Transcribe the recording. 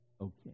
okay